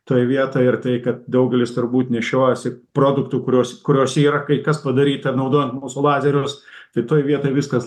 toj vietoj ir tai kad daugelis turbūt nešiojasi produktų kuriuos kuriuose yra kai kas padaryta naudojant mūsų lazerius tai toj vietoj viskas